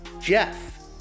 Jeff